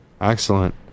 Excellent